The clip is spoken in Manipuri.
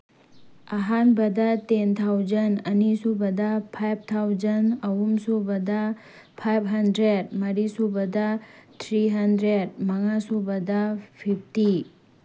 ꯑꯍꯥꯟꯕꯗ ꯇꯦꯟ ꯊꯥꯎꯖꯟ ꯑꯅꯤ ꯁꯨꯕꯗ ꯐꯥꯏꯚ ꯊꯥꯎꯖꯟ ꯑꯍꯨꯝ ꯁꯨꯕꯗ ꯐꯥꯏꯚ ꯍꯟꯗ꯭ꯔꯦꯠ ꯃꯔꯤ ꯁꯨꯕꯗ ꯊ꯭ꯔꯤ ꯍꯟꯗ꯭ꯔꯦꯠ ꯃꯉꯥ ꯁꯨꯕꯗ ꯐꯤꯐꯇꯤ